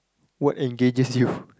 what engages you